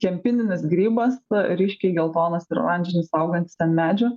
kempininis grybas ryškiai geltonas ir oranžinis augantis ant medžių